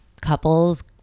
couples